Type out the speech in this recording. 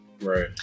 Right